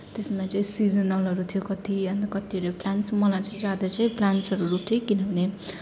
त्यसमा चाहिँ सिजनलहरू थियो कति अन्त कत्तिहरू प्लान्ट्स मलाई चाहिँ ज्यादा चाहिँ प्लान्ट्सहरू रोप्थेँ किनभने